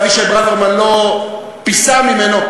אבישי ברוורמן לא פיסה ממנו,